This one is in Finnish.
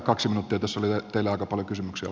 tässä oli teillä aika paljon kysymyksiä